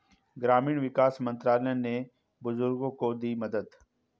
ग्रामीण विकास मंत्रालय ने बुजुर्गों को दी मदद